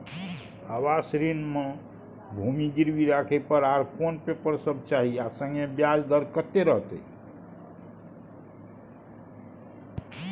आवास ऋण म भूमि गिरवी राखै पर आर कोन पेपर सब चाही आ संगे ब्याज दर कत्ते रहते?